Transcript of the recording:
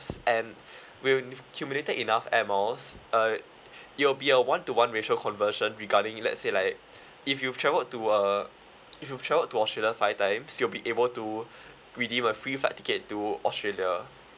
and when you accumulated enough air miles uh it will be a one to one ratio conversion regarding let's say like if you travel to uh if you travelled to australia five times you'll be able to redeem a free fight ticket to australia